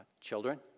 children